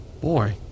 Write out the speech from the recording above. boy